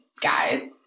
guys